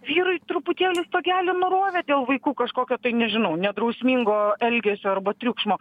vyrui truputėlį stogelį nurovė dėl vaikų kažkokio tai nežinau nedrausmingo elgesio arba triukšmo